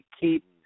keep